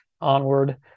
onward